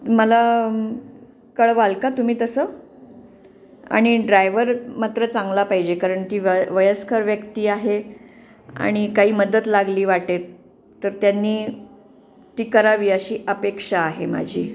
मला कळवाल का तुम्ही तसं आणि ड्रायवर मात्र चांगला पाहिजे कारण ती व वयस्कर व्यक्ती आहे आणि काही मदत लागली वाटेत तर त्याने ती करावी अशी अपेक्षा आहे माझी